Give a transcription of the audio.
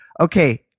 okay